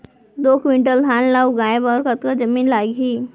दो क्विंटल धान ला उगाए बर कतका जमीन लागही?